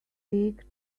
take